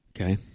Okay